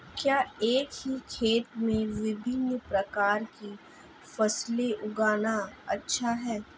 क्या एक ही खेत में विभिन्न प्रकार की फसलें उगाना अच्छा है?